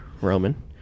Roman